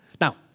Now